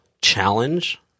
challenge